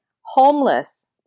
homeless